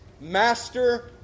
master